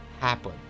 happen